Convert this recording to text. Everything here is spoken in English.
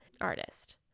artist